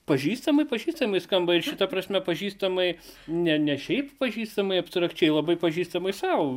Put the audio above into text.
pažįstamai pažįstamai skamba ir šita prasme pažįstamai ne ne šiaip pažįstamai abstrakčiai labai pažįstamai sau